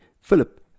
Philip